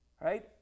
Right